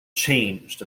changed